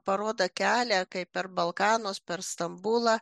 parodo kelią kaip per balkanus per stambulą